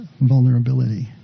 vulnerability